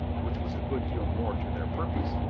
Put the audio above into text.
which was a good deal more to their purpose,